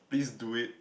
please do it